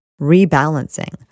rebalancing